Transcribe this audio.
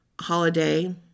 holiday